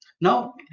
now